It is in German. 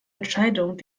entscheidung